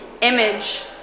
image